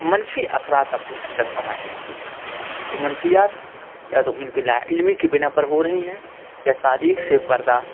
منفی اثرات اپنے اندر سمائے ہوتی ہیں وہ منفیات یا تو ان کی لاعلمی کی بنا پر ہو رہی ہیں یا تاریخ سے پردہ